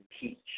teach